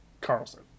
carlson